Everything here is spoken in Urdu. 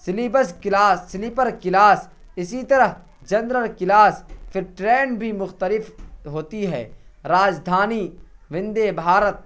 سلیپس کلاس سلیپر کلاس اسی طرح جنرل کلاس پھر ٹرین بھی مختلف ہوتی ہے راجدھانی وندے بھارت